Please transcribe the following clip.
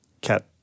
cat